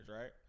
right